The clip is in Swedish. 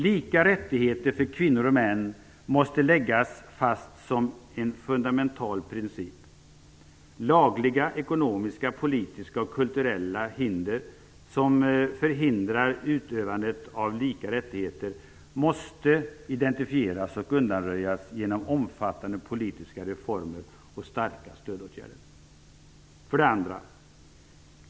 Lika rättigheter för kvinnor och män måste läggas fast som en fundamental princip. Lagliga, ekonomiska, politiska eller kurlturella hinder för utövandet av lika rättigheter måste identifieras och undanröjas genom omfattande politiska reformer och starka stödåtgärder. 2.